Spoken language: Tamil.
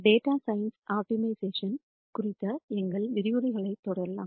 டேட்டா சயின்ஸ்க்கான ஆப்டிமைசேஷன் குறித்த எங்கள் விரிவுரைகளைத் தொடரலாம்